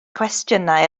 cwestiynau